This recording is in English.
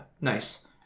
Nice